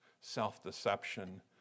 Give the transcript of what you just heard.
self-deception